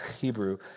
Hebrew